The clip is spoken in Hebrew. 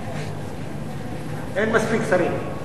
אין מספיק שרים.